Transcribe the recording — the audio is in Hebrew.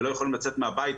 ולא יכולים לצאת מהבית,